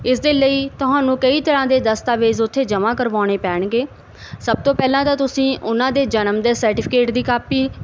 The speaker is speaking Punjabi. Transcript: ਇਸ ਦੇ ਲਈ ਤੁਹਾਨੂੰ ਕਈ ਤਰ੍ਹਾਂ ਦੀਆਂ ਦਸਤਾਵੇਜ਼ ਉੱਥੇ ਜਮਾਂ ਕਰਵਾਉਣੇ ਪੈਣਗੇ ਸਭ ਤੋਂ ਪਹਿਲਾਂ ਤਾਂ ਤੁਸੀਂ ਉਹਨਾਂ ਦੇ ਜਨਮ ਦੇ ਸਰਟੀਫਿਕੇਟ ਦੀ ਕਾਪੀ